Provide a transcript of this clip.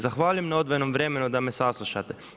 Zahvaljujem na odvojenom vremenu da me saslušate.